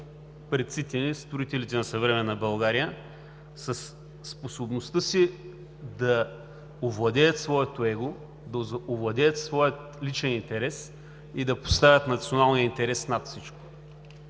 предците ни – строителите на съвременна България, със способността си да овладеят своето его, да овладеят своя личен интерес и да поставят националния интерес над всичко.